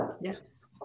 Yes